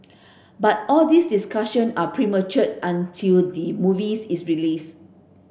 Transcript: but all these discussion are premature until the movie is released